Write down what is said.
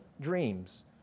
dreams